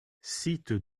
cite